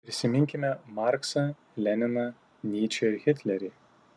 prisiminkime marksą leniną nyčę ir hitlerį